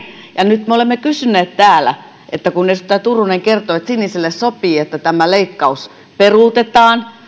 nyt me olemme kysyneet täällä kun edustaja turunen kertoi että sinisille sopii että tämä leikkaus peruutetaan